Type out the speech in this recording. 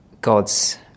God's